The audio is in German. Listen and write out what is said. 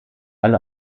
alle